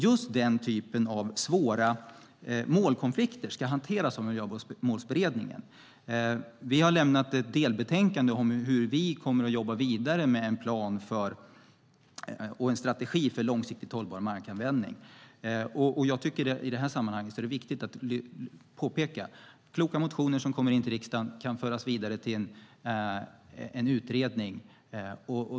Just den typen av svåra målkonflikter ska hanteras av Miljömålsberedningen. Vi har lämnat ett delbetänkande om hur vi kommer att jobba vidare med en plan och en strategi för en långsiktigt hållbar markanvändning. Jag tycker att det är viktigt att påpeka i det här sammanhanget att kloka motioner som kommer in till riksdagen kan föras vidare till en utredning.